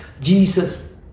jesus